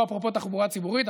אפרופו תחבורה ציבורית,